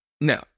No